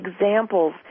examples